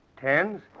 Tens